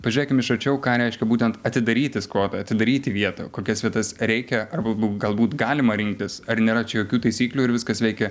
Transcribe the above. pažiūrėkim iš arčiau ką reiškia būtent atidaryti skvotą atsidaryti vietą kokias vietas reikia arba galbūt galima rinktis ar nėra čia jokių taisyklių ir viskas veikia